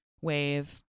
wave